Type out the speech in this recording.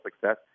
success